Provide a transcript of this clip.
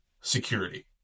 security